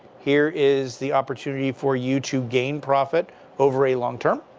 here is the opportunity for you to gain profit over a long term.